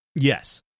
Yes